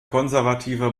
konservative